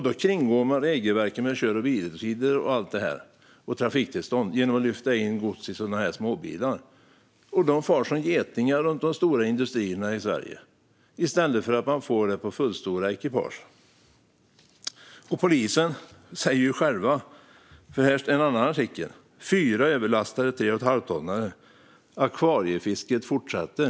Då kringgår man regelverken om kör och vilotider och trafiktillstånd genom att lyfta in gods i sådana här småbilar. De far som getingar runt de stora industrierna i Sverige i stället för att godset körs på fullstora ekipage. Polisen talar själva, enligt en annan artikel, om "fyra överlastade 3,5-tonnare - 'akvariefisket' fortsätter".